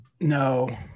No